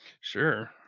sure